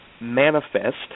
manifest